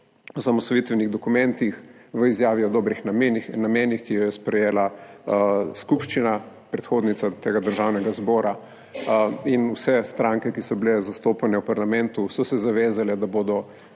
v osamosvojitvenih dokumentih v izjavi o dobrih namenih, ki jo je sprejela skupščina, predhodnica Državnega zbora, in vse stranke, ki so bile zastopane v parlamentu, so se zavezale, da bodo